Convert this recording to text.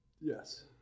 Yes